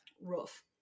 Rough